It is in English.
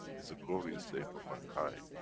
its a glorious day for mankind.